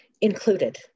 included